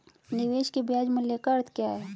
निवेश के ब्याज मूल्य का अर्थ क्या है?